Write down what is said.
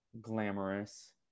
glamorous